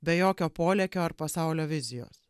be jokio polėkio ar pasaulio vizijos